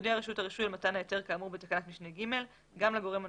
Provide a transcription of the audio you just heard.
תודיע רשות הרישוי על מתן ההיתר כאמור בתקנת משנה (ג) גם לגורם הנוסף,